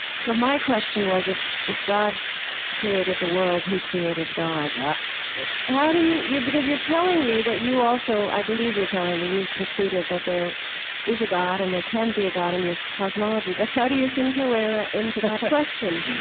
so my question was if if god created the world, who created god? yes how do you you because you're telling me that you also, i believe, you're telling me you have concluded that there is a god and there can be a god in your cosmology. but how do you think your way around into that question?